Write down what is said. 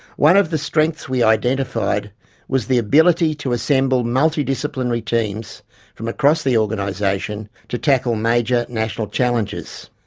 one of the strengths we identified was the ability to assemble multi-disciplinary teams from across the organisation to tackle major national challenges.